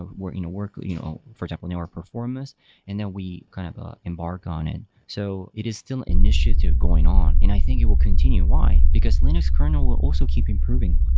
ah working a work you know for temple network performance and then we kind of ah embarked on and so it. it is still initiative going on and i think it will continue why, because linux kernel will also keep improving.